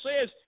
says